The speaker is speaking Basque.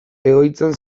egoitzan